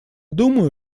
думаю